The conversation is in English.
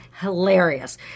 hilarious